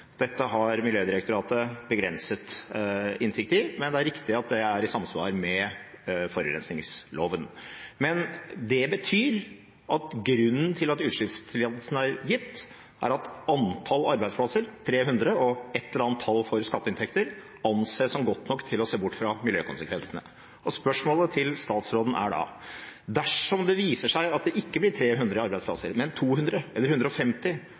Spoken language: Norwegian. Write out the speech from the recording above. Dette har Miljødirektoratet begrenset innsikt i, men det er riktig at det er i samsvar med forurensningsloven. Det betyr at grunnen til at utslippstillatelsen er gitt, er at antall arbeidsplasser – 300 og et eller annet tall for skatteinntekter – anses som godt nok for å se bort fra miljøkonsekvensene. Spørsmålet til statsråden er da: Dersom det viser seg at det ikke blir 300 arbeidsplasser, men 200 eller 150,